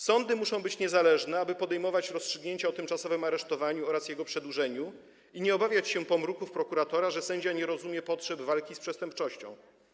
Sądy muszą być niezależne, aby podejmować rozstrzygnięcia o tymczasowym aresztowaniu oraz jego przedłużeniu i nie obawiać się pomruków prokuratora, że sędzia nie rozumie potrzeb walki z przestępczością.